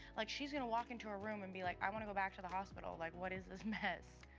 like, she's gonna walk into her room and be like, i wanna go back to the hospital. like, what is this mess?